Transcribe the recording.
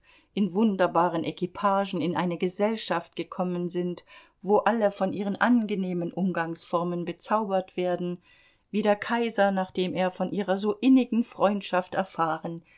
in wunderbaren equipagen in eine gesellschaft gekommen sind wo alle von ihren angenehmen umgangsformen bezaubert werden wie der kaiser nachdem er von ihrer so innigen freundschaft erfahren